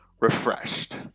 refreshed